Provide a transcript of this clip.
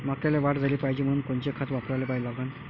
मक्याले वाढ झाली पाहिजे म्हनून कोनचे खतं वापराले लागन?